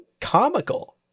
comical